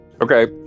Okay